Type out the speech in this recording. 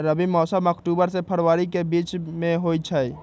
रबी मौसम अक्टूबर से फ़रवरी के बीच में होई छई